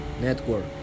network